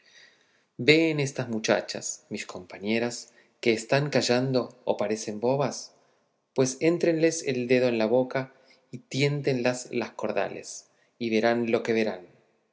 veen estas muchachas mis compañeras que están callando y parecen bobas pues éntrenles el dedo en la boca y tiéntenlas las cordales y verán lo que verán